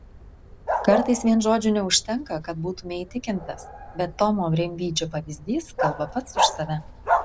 kartais vien žodžių neužtenka kad būtumei įtikintas bet tomo rimydžio pavyzdys kalba pats už save